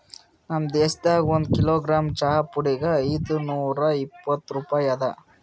ನಮ್ ದೇಶದಾಗ್ ಒಂದು ಕಿಲೋಗ್ರಾಮ್ ಚಹಾ ಪುಡಿಗ್ ಐದು ನೂರಾ ಇಪ್ಪತ್ತು ರೂಪಾಯಿ ಅದಾ